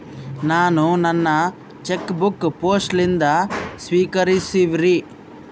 ನಾನು ನನ್ನ cheque book post ಲಿಂದ ಸ್ವೀಕರಿಸಿವ್ರಿ